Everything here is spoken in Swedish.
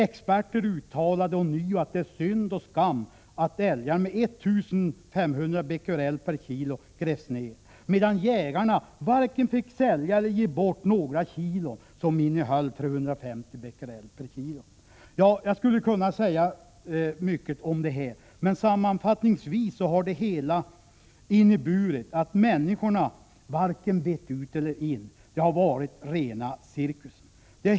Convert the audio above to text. Experter uttalar ånyo att det är synd och skam att älgar med 1 500 becquerel per kilo grävs ned, medan jägarna varken får sälja eller ge bort några kilo som innehåller 350 becquerel per kilo. Jag skulle kunna säga mycket om detta, men sammanfattningsvis anser jag att det hela har inneburit att människor vet varken ut eller in — det har varit rena cirkusen.